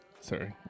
Sorry